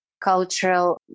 cultural